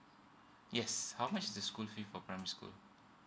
yes how much the school fee for primary school